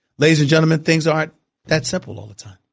ladies and gentlemen things aren't that simple all the time